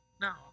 Now